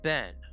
Ben